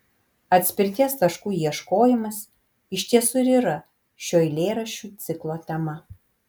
atspirties taškų ieškojimas iš tiesų ir yra šio eilėraščių ciklo tema